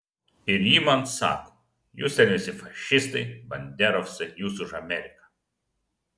ir ji man sako jūs ten visi fašistai banderovcai jūs už ameriką